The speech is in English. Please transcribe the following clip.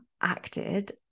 acted